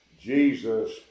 Jesus